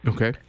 Okay